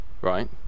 right